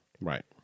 Right